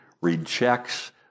rejects